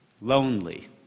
lonely